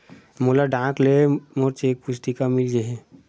मोला डाक ले मोर चेक पुस्तिका मिल गे हे